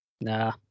Nah